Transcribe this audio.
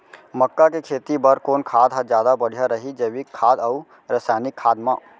मक्का के खेती बर कोन खाद ह जादा बढ़िया रही, जैविक खाद अऊ रसायनिक खाद मा?